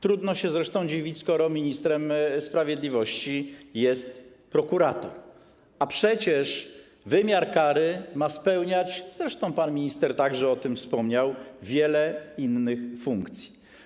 Trudno się zresztą dziwić, skoro ministrem sprawiedliwości jest prokurator, a przecież wymiar kary ma spełniać - zresztą pan minister także o tym wspomniał - wiele innych funkcji.